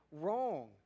wrong